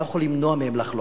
אני לא יכול למנוע מהם לחלום.